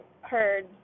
heard